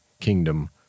kingdom